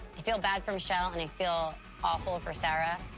i feel bad for michelle, and i feel awful for sarah.